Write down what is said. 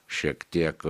šiek tiek